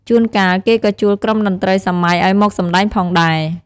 ជួនកាល គេក៏ជួលក្រុមតន្រីសម័យឱ្យមកសម្ដែងផងដែរ។